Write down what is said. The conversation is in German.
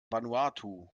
vanuatu